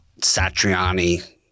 Satriani